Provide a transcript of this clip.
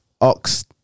ox